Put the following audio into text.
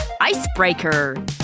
icebreaker